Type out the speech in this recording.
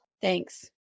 Thanks